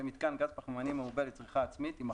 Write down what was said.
ו"מיתקן גז פחמימני מעובה לצריכה עצמית" יימחקו.